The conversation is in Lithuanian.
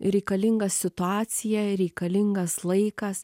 reikalinga situacija reikalingas laikas